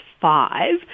five